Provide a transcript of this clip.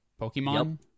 Pokemon